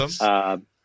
Awesome